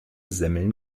semmeln